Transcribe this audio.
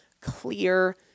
clear